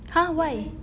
!huh! why